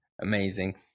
amazing